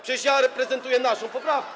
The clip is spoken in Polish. Przecież ja prezentuję naszą poprawkę.